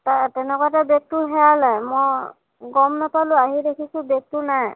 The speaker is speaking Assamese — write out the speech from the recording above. তাৰ তেনেকুৱাতে বেগটো হেৰালে মই গম নাপালো আহি দেখিছো বেগটো নাই